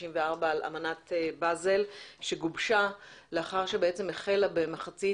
על אמנת באזל שגובשה לאחר שהחלה בעולם,